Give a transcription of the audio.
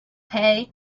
pay